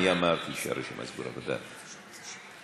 אמרתי שהרשימה סגורה.